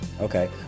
Okay